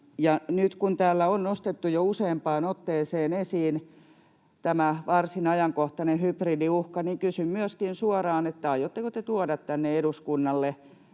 nyt kun täällä on nostettu jo useampaan otteeseen esiin tämä varsin ajankohtainen hybridiuhka, niin kysyn myöskin suoraan, että aiotteko te tuoda tänne eduskunnalle